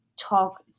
talk